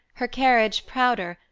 her carriage prouder,